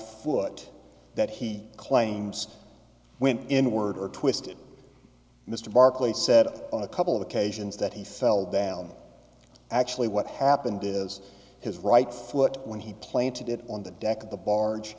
foot that he claims went in word or twisted mr barkley said on a couple of occasions that he fell down actually what happened is his right foot when he planted it on the deck of the barge